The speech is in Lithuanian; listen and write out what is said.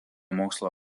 mokslų